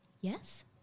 yes